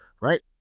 right